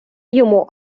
йому